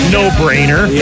no-brainer